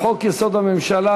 לחוק-יסוד: הממשלה,